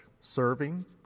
serving